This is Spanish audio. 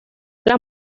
las